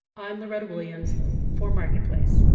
i'm loretta williams for marketplace